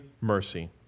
mercy